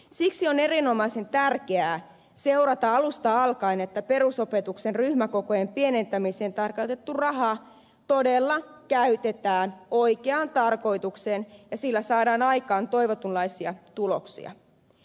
siksi on erinomaisen tärkeää seurata alusta alkaen että perusopetuksen ryhmäkokojen pienentämiseen tarkoitettu raha todella käytetään oikeaan tarkoitukseen ja sillä saadaan aikaan toivotunlaisia tuloksia